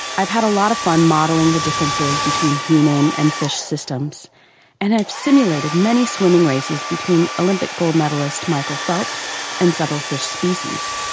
i have had a lot of fun modelling the differences between human and fish systems and have simulated many swimming races between olympic gold medallist michael phelps and several fish species!